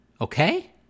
Okay